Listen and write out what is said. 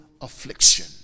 affliction